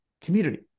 community